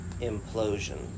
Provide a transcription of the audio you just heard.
implosion